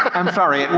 i'm sorry, it and